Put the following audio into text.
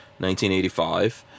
1985